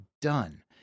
done